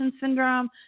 syndrome